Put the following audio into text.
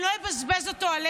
אני לא אבזבז אותו עליך,